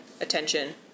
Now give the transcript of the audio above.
attention